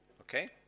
okay